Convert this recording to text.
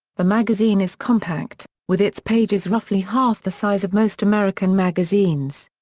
the magazine is compact, with its pages roughly half the size of most american magazines'.